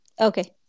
Okay